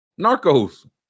Narcos